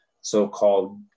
so-called